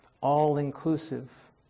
all-inclusive